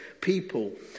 people